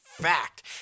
fact